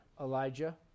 Elijah